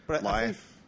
life